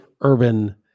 urban